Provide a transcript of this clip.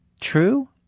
True